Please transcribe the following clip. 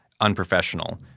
unprofessional